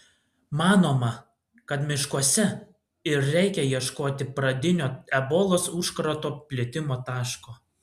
manoma kad miškuose ir reikia ieškoti pradinio ebolos užkrato plitimo taško